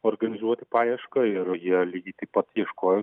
organizuoti paiešką ir jie lygiai taip pat ieškojo